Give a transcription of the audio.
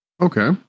Okay